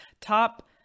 top